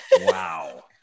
Wow